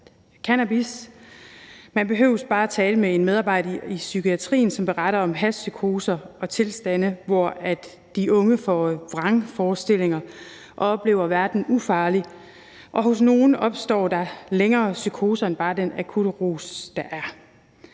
Man behøver bare at tale med en medarbejder i psykiatrien, som kan berette om hashpsykoser og tilstande, hvor de unge får vrangforestillinger og oplever verden ufarlig, og hos nogle opstår der længere psykoser end bare den akutte rus, der er.